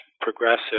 progressive